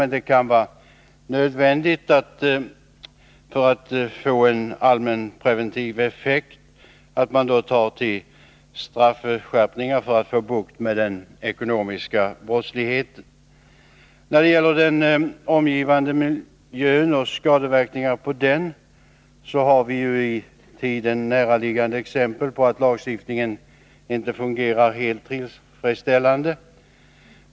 Men det kan vara nödvändigt, för att få en allmänpreventiv effekt, att ta till straffskärpningar för att få bukt med den ekonomiska brottsligheten. När det gäller den omgivande miljön och skadeverkningar på den har vi i tiden näraliggande exempel på att lagstiftningen inte fungerar helt tillfredsställande.